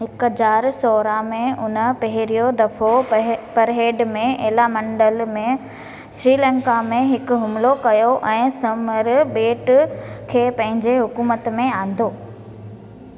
हिक हज़ार सोरहं में हुन पहिरियों दफ़ो परहे परहेड में एलामंडल में श्रीलंका में हिकु हमिलो कयो ऐं समर बेट खे पंहिंजे हुकूमत में आंदो